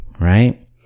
right